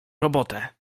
robotę